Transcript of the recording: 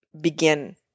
begin